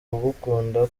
kugukunda